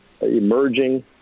emerging